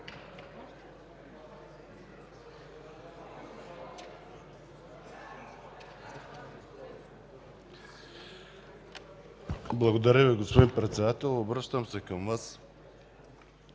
Благодаря Ви, господин Председател. Обръщам се към Вас